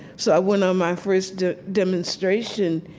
so i went on my first demonstration,